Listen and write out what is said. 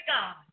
God